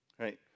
right